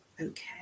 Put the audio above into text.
okay